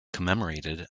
commemorated